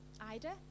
Ida